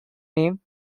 name